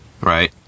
right